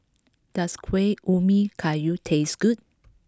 does Kuih Ubi Kayu taste good